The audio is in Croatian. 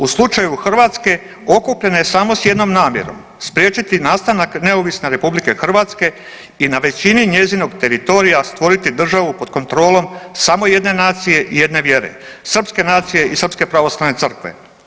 U slučaju Hrvatske okupljeno je samo s jednom namjerom spriječiti nastanak neovisne RH i na većini njezinog teritorija stvoriti državu pod kontrolom samo jedne nacije i jedne vjere, srpske nacije i srpske pravoslavne crkve.